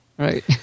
Right